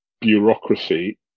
bureaucracy